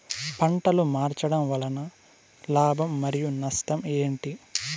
పంటలు మార్చడం వలన లాభం మరియు నష్టం ఏంటి